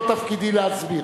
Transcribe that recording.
לא תפקידי להסביר.